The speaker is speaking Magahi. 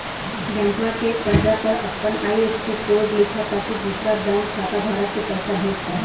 बैंकवा के पर्चा पर अपन आई.एफ.एस.सी कोड लिखा ताकि तु दुसरा बैंक खाता धारक के पैसा भेज पा हीं